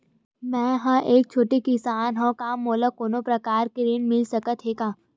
मै ह एक छोटे किसान हंव का मोला कोनो प्रकार के ऋण मिल सकत हे का?